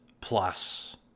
plus